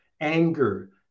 anger